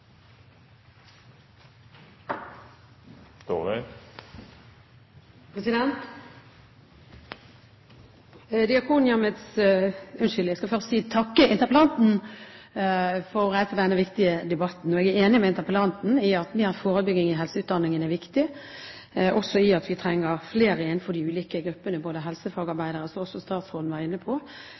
Jeg vil først takke interpellanten for å ha reist denne viktige debatten. Jeg er enig med interpellanten i at mer forebygging i helseutdanningen er viktig, og at vi trenger flere innenfor de ulike gruppene, både helsefagarbeidere – som også statsråden var inne på